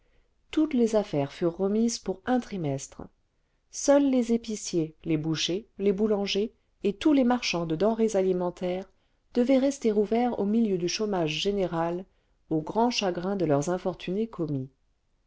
toutes les affaires furent remises pour un trimestre seuls les épiciers les bouchers les boulangers et tous les marchands de denrées alimentaires devaient rester ouverts au miheu du chômage général au grand chagrin de leurs infortunés commis